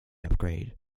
upgrade